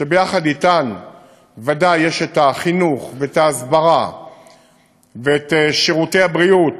ויחד אתן ודאי יש החינוך וההסברה ושירותי הבריאות,